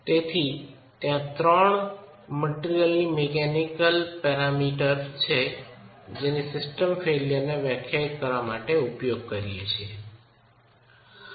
તેથી ત્યાં ત્રણ મટીરયલ મિકેનિકલ પેરામીટર છે જેને સિસ્ટમની ફેઇલ્યરને વ્યાખ્યાયિત કરવા માટે ઉપયોગ કરીએ છીએ